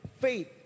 faith